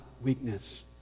weakness